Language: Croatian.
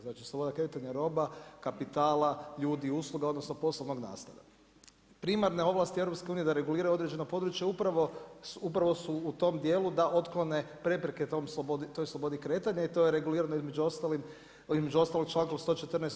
Znači sloboda kretanja roba, kapitala, ljudi i usluga odnosno poslovnog … [[Upadica se ne čuje.]] Primarne ovlasti EU da reguliraju određeno područje upravo su u tom dijelu da otklone prepreke toj slobodi kretanja i to je regulirano i između ostalog člankom 114.